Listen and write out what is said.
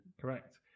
Correct